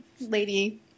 lady